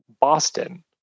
Boston